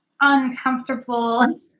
uncomfortable